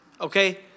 Okay